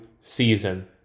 season